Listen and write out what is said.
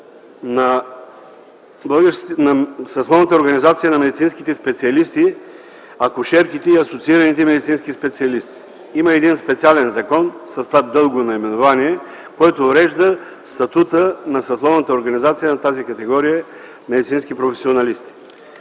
от съсловната организация на медицинските специалисти, акушерките и асоциираните медицински специалисти. Има един специален закон с това дълго наименование, който урежда статута на съсловната организация на тази категория медицински професионалисти.